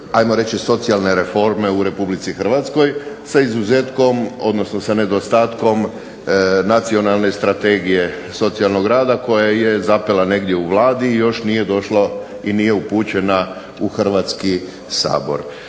socijalne reforme u RH sa izuzetkom, odnosno sa nedostatkom Nacionalne strategije socijalnog rada koja je zapela negdje u Vladi i još nije došla i nije upućena u Hrvatski sabor.